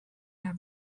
our